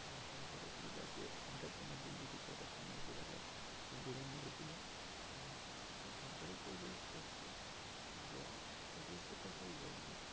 version ফোরে তুমি যাচ্ছ হঠাৎ এমার্জেন্সি কিছু একটা সামনে এসে গেল তুমি ব্রেক মেরে দিলে এখন সব গাড়িতে এ বি এস করছে কিন্তু এবিএসের কথাই বলছি